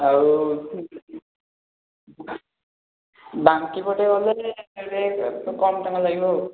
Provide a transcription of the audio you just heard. ଆଉ ବାଙ୍କି ପଟେ ଗଲେ ତଥାପି ଟିକିଏ କମ ଟଙ୍କା ଲାଗିବ ଆଉ